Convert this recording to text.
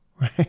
right